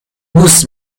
بوس